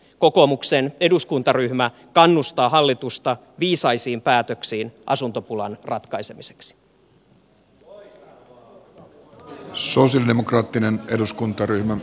kokoomuksen eduskuntaryhmä kannustaa hallitusta viisaisiin päätöksiin asuntopulan ratkaisemiseksi